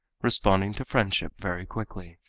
responding to friendship very quickly.